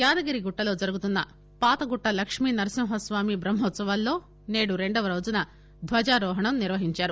యాదగిరి గుట్టలో జరుగుతున్న పాతగుట్ట లక్ష్మీ నరసింహ స్పామి ట్రహ్మోత్సవాల్లో నేడు రెండవ రోజున ధ్వజారోహణం నిర్వహించారు